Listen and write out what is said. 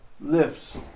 lifts